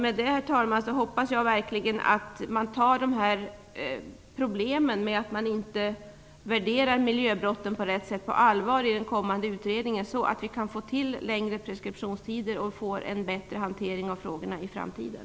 Herr talman! Jag hoppas verkligen att man tar problemen med att man inte värderar bekämpningen av miljöbrotten på rätt sätt på allvar i den kommande utredningen så att vi kan få längre preskriptionstider och en bättre hantering av frågorna i framtiden.